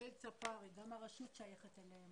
יקותיאל צפרי, גם הרשות שייכת אליהם.